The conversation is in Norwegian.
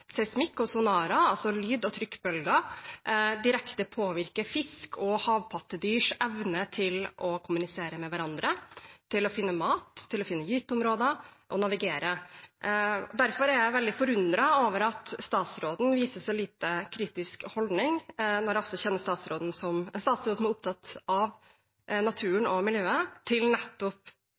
seismikk og sonarer – altså lyd- og trykkbølger – direkte påvirker fisk og havpattedyrs evne til å kommunisere med hverandre, finne mat, finne gyteområder og navigere. Derfor er jeg veldig forundret over, siden jeg kjenner statsråden som en som er opptatt av naturen og miljøet, at statsråden viser en så lite kritisk holdning til å åpne for å fortsette en kartlegging som